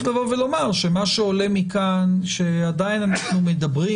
לומר שמה שעולה מכאן הוא שעדיין אנחנו מדברים